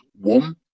one